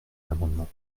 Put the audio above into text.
l’amendement